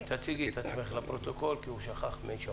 רננה, תציג את עצמך לפרוטוקול, בבקשה.